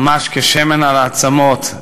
ממש כשמן על העצמות.